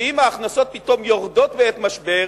שאם ההכנסות פתאום יורדות בעת משבר